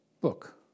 book